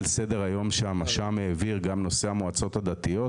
על סדר היום גם נושא המועצות הדתיות,